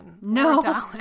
No